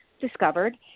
discovered